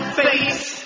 face